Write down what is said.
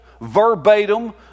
verbatim